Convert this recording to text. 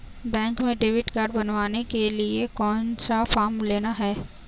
Bank में debit card बनवाने के लिए कौन सा फॉर्म लेना है?